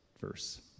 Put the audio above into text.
verse